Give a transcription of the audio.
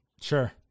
Sure